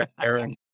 Aaron